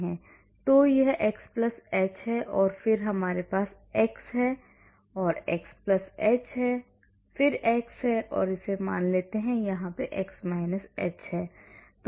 तो यह x h है और फिर हमारे पास x है हमारे पास x h है हमारे यहाँ x है और मान लीजिए कि हमारे यहाँ x h है